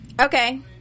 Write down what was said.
okay